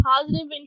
positive